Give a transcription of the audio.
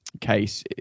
case